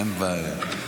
אין בעיה.